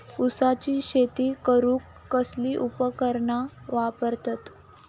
ऊसाची शेती करूक कसली उपकरणा वापरतत?